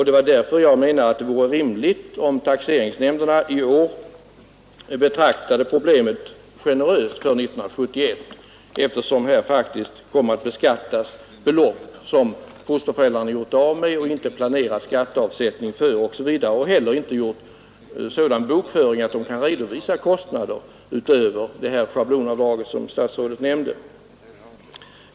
Det är därför jag menar att det vore rimligt om taxeringsnämnderna för år 1971 behandlade problemet generöst. Här kommer faktiskt att beskattas belopp som fosterföräldrarna gjort av med och inte planerat skatteavsättning för. De har heller inte gjort sådan bokföring att de kan redovisa kostnader utöver det schablonavdrag som statsrådet nämnde.